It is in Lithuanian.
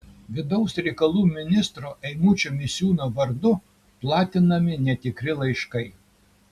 vidaus reikalų ministro eimučio misiūno vardu platinami netikri laiškai